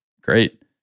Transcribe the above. great